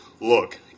Look